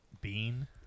bean